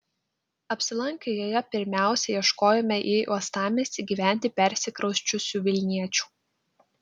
apsilankę joje pirmiausia ieškojome į uostamiestį gyventi persikrausčiusių vilniečių